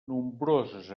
nombroses